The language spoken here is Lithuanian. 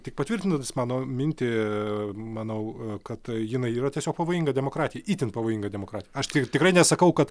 tik patvirtinantis mano mintį manau kad jinai yra tiesiog pavojinga demokratijai itin pavojinga demokrati aš tai tikrai nesakau kad